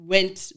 Went